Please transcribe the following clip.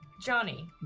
Johnny